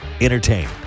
Entertain